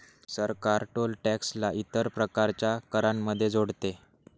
सरकार toll tax ला इतर प्रकारच्या करांमध्ये जोडते